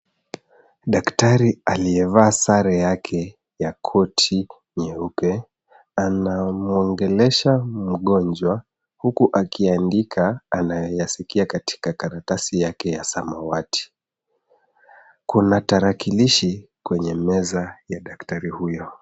Daktari aliyevaa sare yake ya koti nyeupe anamwongelesha mgonjwa huku akiandika anayoyaskia katika karatasi yake ya samawati. Kuna tarakilishi kwenye meza ya daktari huyo.